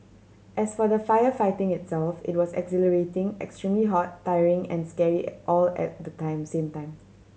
as for the firefighting itself it was exhilarating extremely hot tiring and scary all at the time same time